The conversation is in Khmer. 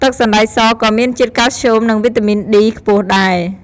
ទឹកសណ្តែកសក៏មានជាតិ កាល់ស្យូម និង វីតាមីន D ខ្ពស់ដែរ។